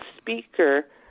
speaker